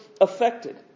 affected